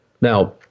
Now